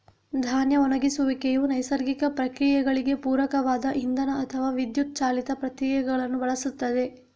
ಧಾನ್ಯ ಒಣಗಿಸುವಿಕೆಯು ನೈಸರ್ಗಿಕ ಪ್ರಕ್ರಿಯೆಗಳಿಗೆ ಪೂರಕವಾದ ಇಂಧನ ಅಥವಾ ವಿದ್ಯುತ್ ಚಾಲಿತ ಪ್ರಕ್ರಿಯೆಗಳನ್ನು ಬಳಸುತ್ತದೆ